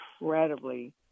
incredibly